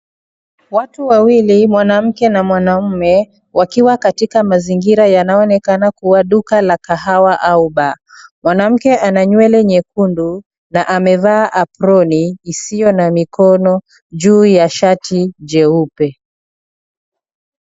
Watu wawili, mwanamke na mwanaume wakiwa katika mazingira yanayoonekana kuwa duka la kahawa au baa. Mwanamke ana nywele nyekundu na amevaa aproni hisiyo na mikono juu ya shati jeupe.